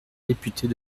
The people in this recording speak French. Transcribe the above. députés